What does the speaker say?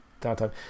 downtime